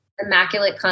immaculate